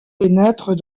pénètre